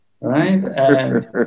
Right